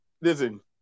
Listen